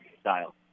style